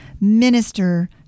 Minister